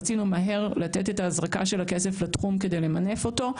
רצינו מהר לתת את ההזרקה של הכסף לתחום כדי למנף אותו.